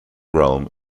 realm